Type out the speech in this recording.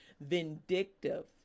vindictive